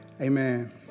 Amen